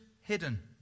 hidden